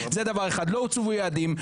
זה דבר אחד, לא הוצבו יעדים.